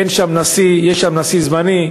אין שם נשיא, יש שם נשיא זמני,